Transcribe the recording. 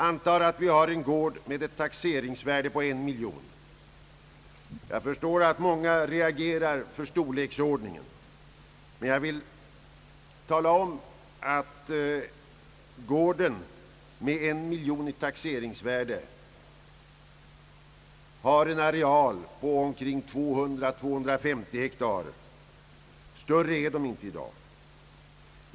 Antag att vi har en gård med ett taxeringsvärde på en miljon kronor. Jag förstår att många reagerar för storleksordningen, men jag vill tala om att gården med en miljon i taxeringsvärde har en areal på omkring 200 å 250 hektar; större är den inte i dag.